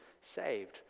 saved